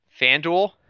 FanDuel